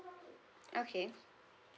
okay